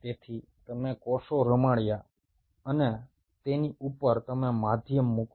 તેથી તમે કોષો રમાડ્યા અને તેની ઉપર તમે માધ્યમ મૂકો